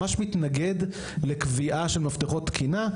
ממש מתנגד לקביעה של מפתחות תקינה,